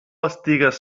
estigues